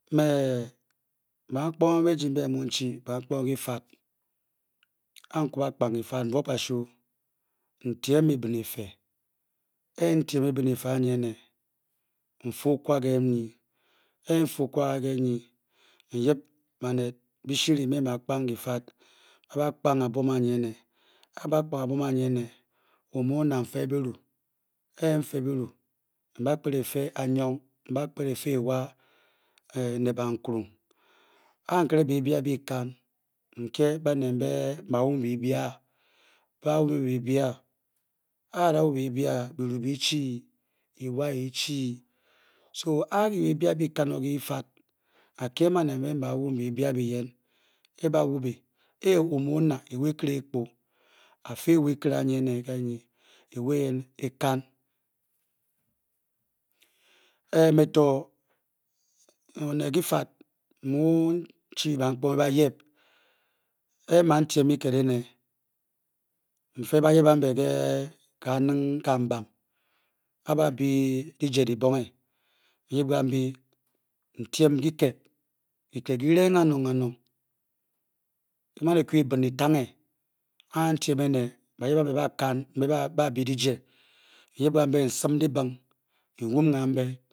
Me bamkponge mbe eji mbe mu n-chii bamkponge kyifat A a-bube ekpa a. kyifat, n-tyem m ebin afee n-fyem regi, n-fe okwa n-yip byishuryi mbyi na byi byi-kpang byifat ba-dapang abvom n-baming o mee o-na, m-bafe byiru A m-fe byiru, n-fe anyong, ne barkuning d, nkere bii byaa bii-kan n-kye onet mu mu o-wubi ng o-bawubi bii byaa, a ada-wubi biibyaa. byiru buchi ewa eechiA bii bya bii-kan ǒ ke kyifat, a-kyeng banet mbe mbe ba-wabi ng biibyan, a ba-wobi, ewa nyi e-kpu, a-sun ewe eyem e-kan me to onet kyifat mu mchi bamkponge bayep A be-tyem kyikit, wofe n-fe bayep ke kaaning kambam a ba-byi dyise dyibonge n-yep kambyi n-tyem kyi-ree kanong kanong kyi-man ebin ebin etenge a n-tyem ene, bayep ambe mbe baa-byi dyise, n-sim m dyibing n-yip kambe n-wum